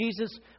Jesus